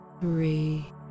Three